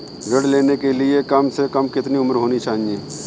ऋण लेने के लिए कम से कम कितनी उम्र होनी चाहिए?